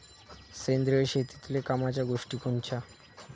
सेंद्रिय शेतीतले कामाच्या गोष्टी कोनच्या?